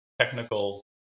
technical